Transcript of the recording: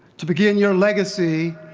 to begin your legacy,